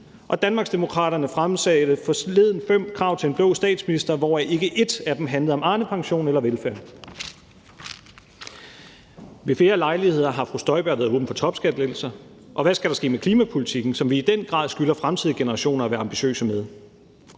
Danmarksdemokraterne fremsatte forleden fem krav til en blå statsminister, hvoraf ikke ét af dem handlede om Arnepensionen eller velfærd. Ved flere lejligheder har fru Inger Støjberg været åben for topskattelettelser, og hvad skal der ske med klimapolitikken, som vi i den grad skylder fremtidige generationer at være ambitiøse med?